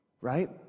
right